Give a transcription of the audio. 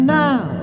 now